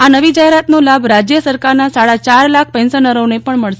આ નવી જાહેરાતનો લાભ રાજ્ય સરકારના સાડા ચાર લાખ પેન્શનરોને પણ મળશે